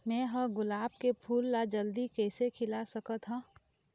मैं ह गुलाब के फूल ला जल्दी कइसे खिला सकथ हा?